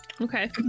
Okay